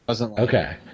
okay